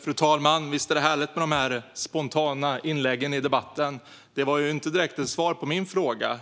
Fru talman! Visst är det härligt med de spontana inläggen i debatten! Det var inte direkt ett svar på min fråga.